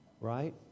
Right